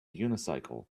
unicycle